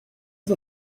the